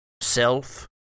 self